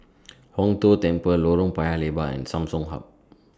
Hong Tho Temple Lorong Paya Lebar and Samsung Hub